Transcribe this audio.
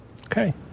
Okay